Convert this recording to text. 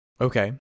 Okay